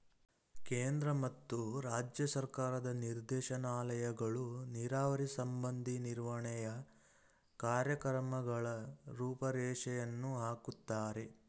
ಕೇಂದ್ರ ಮತ್ತು ರಾಜ್ಯ ಸರ್ಕಾರದ ನಿರ್ದೇಶನಾಲಯಗಳು ನೀರಾವರಿ ಸಂಬಂಧಿ ನಿರ್ವಹಣೆಯ ಕಾರ್ಯಕ್ರಮಗಳ ರೂಪುರೇಷೆಯನ್ನು ಹಾಕುತ್ತಾರೆ